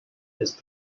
this